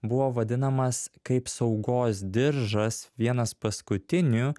buvo vadinamas kaip saugos diržas vienas paskutinių